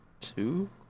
two